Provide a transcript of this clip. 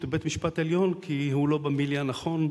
בבית-המשפט העליון כי הוא לא במיליה הנכון.